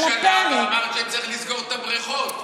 על הפרק.